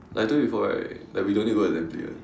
like I told you before right like we don't need to go assembly eh